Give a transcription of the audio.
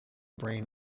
brain